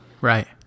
Right